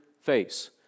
face